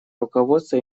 руководство